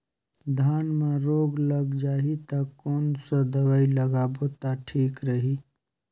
धान म रोग लग जाही ता कोन सा दवाई लगाबो ता ठीक रही?